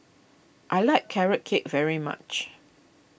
I like Carrot Cake very much